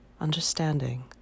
understanding